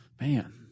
Man